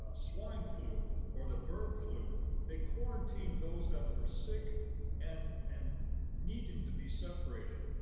ah swine flu or the bird flu they quarantined those that were sick and and needed to be separated.